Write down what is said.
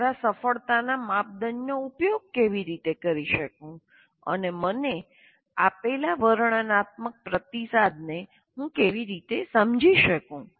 હું મારા સફળતાના માપદંડનો ઉપયોગ કેવી રીતે કરી શકું અને મને આપેલા વર્ણનાત્મક પ્રતિસાદને હું કેવી રીતે સમજી શકું